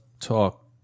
talk